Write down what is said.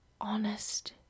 honest